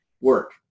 work